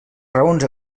raons